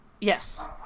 Yes